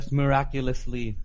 miraculously